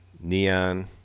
neon